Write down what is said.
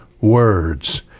words